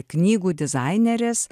knygų dizainerės